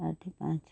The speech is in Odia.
ସାତ ପାଞ୍ଚ